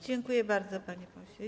Dziękuję bardzo, panie pośle.